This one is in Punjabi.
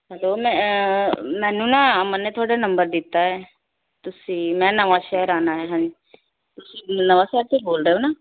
ਹੈਲੋ ਮੈਂ ਮੈਨੂੰ ਨਾ ਅਮਨ ਨੇ ਤੁਹਾਡਾ ਨੰਬਰ ਦਿੱਤਾ ਹੈ ਤੁਸੀਂ ਮੈਂ ਨਵਾਂਸ਼ਹਿਰ ਆਉਣਾ ਹੈ ਹਾਂ ਤੁਸੀਂ ਨਵਾਂਸ਼ਹਿਰ ਤੋਂ ਬੋਲ ਰਹੇ ਹੋ ਨਾ